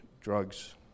drugs